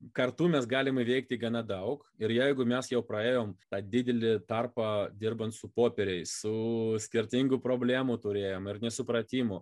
kartu mes galim įveikti gana daug ir jeigu mes jau praėjom tą didelį tarpą dirbant su popieriais su skirtingų problemų turėjom ir nesupratimų